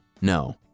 no